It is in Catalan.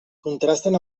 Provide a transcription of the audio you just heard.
contrasten